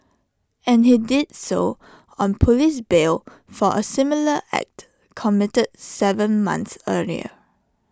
and he did so on Police bail for A similar act committed Seven months earlier